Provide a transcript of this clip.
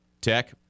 Tech